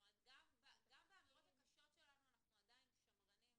גם באמירות הקשות שלנו אנחנו עדיין שמרניים,